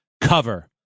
cover